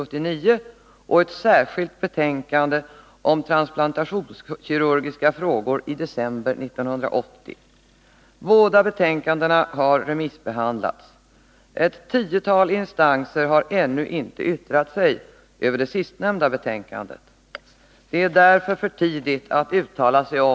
Uttrycket ”väga tungt” är emellertid dunkelt och borde närmare preciseras till båtnad både för patienter och anhöriga samt inte minst för läkaren som har att ta ansvar för vårdinsatserna.